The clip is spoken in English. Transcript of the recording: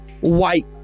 White